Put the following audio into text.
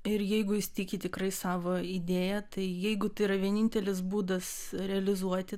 ir jeigu jis tiki tikrai savo idėja tai jeigu tai yra vienintelis būdas realizuoti